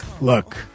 look